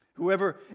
Whoever